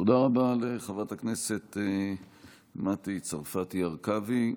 תודה רבה לחברת הכנסת מטי צרפתי הרכבי,